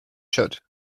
should